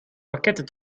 pakketten